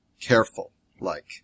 careful-like